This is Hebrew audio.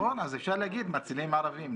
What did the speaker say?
נכון, אז אפשר להגיד מצילים ערבים.